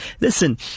listen